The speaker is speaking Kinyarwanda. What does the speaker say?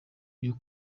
ryo